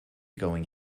going